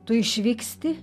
tu išvyksti